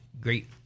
great